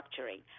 structuring